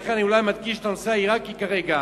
לכן אולי אני מדגיש את הנושא העירקי כרגע,